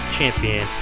Champion